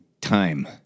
time